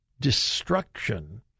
destruction